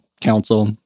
council